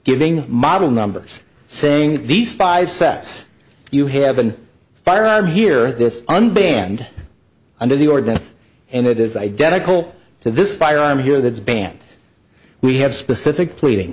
giving model numbers saying these five sets you have a firearm here this unbanned under the ordinance and it is identical to this firearm here that is banned we have specific pleading